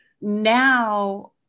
Now